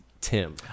Tim